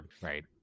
Right